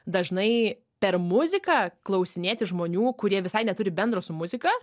dažnai per muziką klausinėti žmonių kurie visai neturi bendro su muzika